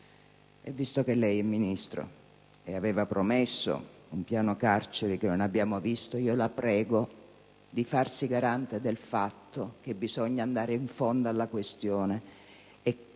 E visto che lei è Ministro e aveva promesso un piano carceri che non abbiamo visto, la prego di farsi garante del fatto che bisogna andare in fondo alla faccenda